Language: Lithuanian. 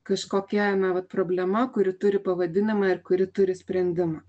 kažkokia na vat problema kuri turi pavadinimą ir kuri turi sprendimą